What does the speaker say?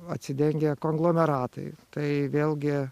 atsidengia konglomeratai tai vėlgi